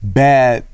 bad